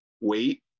wait